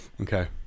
Okay